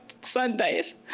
Sundays